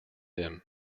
him